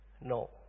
No